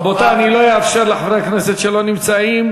רבותי, אני לא אאפשר לחברי כנסת שלא נמצאים